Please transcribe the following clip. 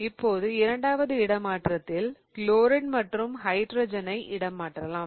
இப்போது இரண்டாவது இடமாற்றத்தில் குளோரின் மற்றும் ஹைட்ரஜனை இடமாற்றம் செய்யலாம்